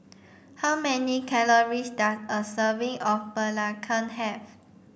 how many calories does a serving of Belacan have